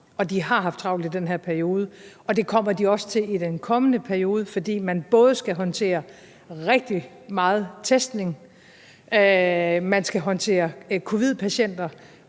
de har haft travlt i den her periode. Og det kommer de også til at have i den kommende periode, fordi de både skal håndtere rigtig meget testning; de skal håndtere covidpatienter,